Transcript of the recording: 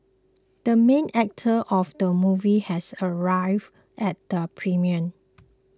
the main actor of the movie has arrived at the premiere